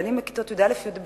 על ילדים בכיתות י"א י"ב,